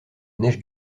neige